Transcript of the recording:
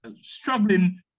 struggling